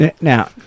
Now